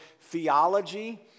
theology